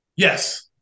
Yes